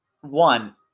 one